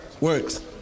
works